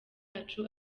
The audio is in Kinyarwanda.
yacu